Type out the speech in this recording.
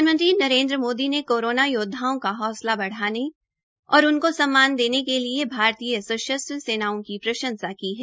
प्रधानमंत्री नरेन्द्र मोदी ने कोरोना योद्वाओं का हौसला बढ़ाने और उनकों सम्मान देने के लिए भारतीय सशस्त्र सेनाओं की प्रंशसा की है